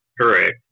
Correct